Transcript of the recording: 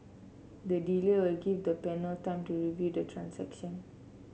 the delay will give the panel time to review the transaction